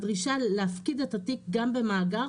הדרישה להפקיד את התיק גם במאגר,